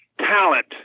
talent